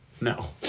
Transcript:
No